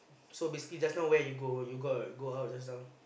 so basically just now where you go you got go out just now